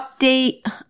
update